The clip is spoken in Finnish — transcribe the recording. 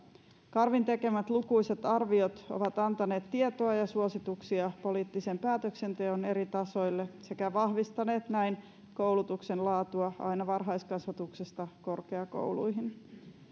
karvin tekemät lukuisat arviot ovat antaneet tietoa ja suosituksia poliittisen päätöksenteon eri tasoille sekä vahvistaneet näin koulutuksen laatua aina varhaiskasvatuksesta korkeakouluihin